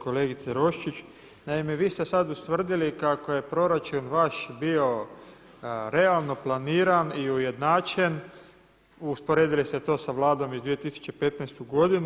Kolegice Roščić, naime vi ste sad ustvrdili kako je proračun vaš bio realno planiran i ujednačen, usporedili ste to sa Vladom iz 2015. godine.